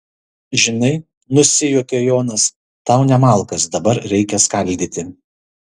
žinai nusijuokia jonas tau ne malkas dabar reikia skaldyti